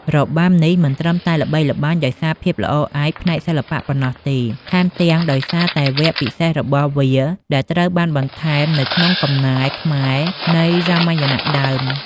របាំនេះមិនត្រឹមតែល្បីល្បាញដោយសារភាពល្អឯកផ្នែកសិល្បៈប៉ុណ្ណោះទេ ថែមទាំងដោយសារតែវគ្គពិសេសរបស់វាដែលត្រូវបានបន្ថែមនៅក្នុងកំណែខ្មែរនៃរាមាយណៈដើម។